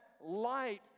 light